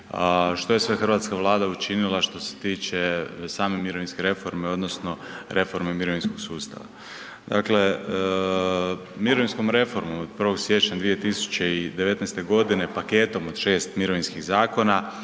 što je sve hrvatska Vlada učinila što se tiče same mirovinske reforme odnosno reforme mirovinskog sustava. Dakle, mirovinskom reformom od 1.siječnja 2019.godine paketom od 6 mirovinskih zakona